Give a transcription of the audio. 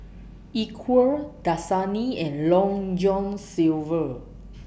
Equal Dasani and Long John Silver